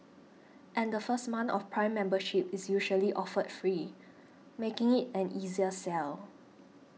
and the first month of Prime membership is usually offered free making it an easier sell